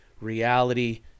reality